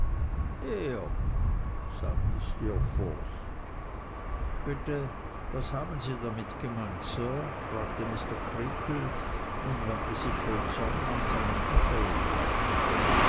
er sagte steerforth bitte was haben sie damit gemeint sir fragte mr creakle und wandte sich voll zorn an seinen unterlehrer